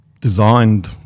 designed